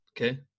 okay